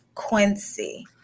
Quincy